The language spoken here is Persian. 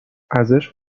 ازش